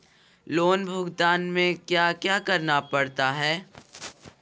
loan भुगतान में क्या क्या करना पड़ता है